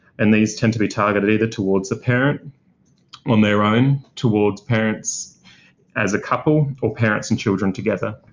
and these tend to be targeted either towards the parent on their own, towards parents as a couple, or parents and children together.